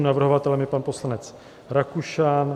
Navrhovatelem je pan poslanec Rakušan.